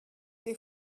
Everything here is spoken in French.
des